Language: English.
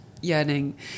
yearning